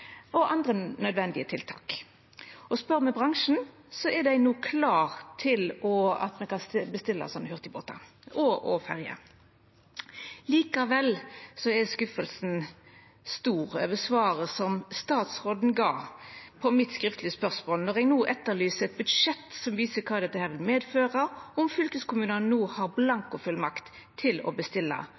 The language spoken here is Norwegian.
og andre nødvendige tiltak. Spør me bransjen, er dei no klare til at ein kan bestilla slike hurtigbåtar og ferjer. Likevel er skuffelsen stor over svaret som statsråden gav på mitt skriftlege spørsmål – når eg no etterlyser eit budsjett som viser kva dette vil medføra, om fylkeskommunane no har blankofullmakt til å bestilla,